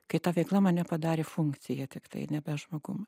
kai ta veikla mane padarė funkcija tiktai nebe žmogum